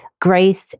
grace